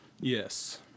Yes